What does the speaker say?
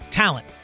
talent